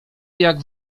jak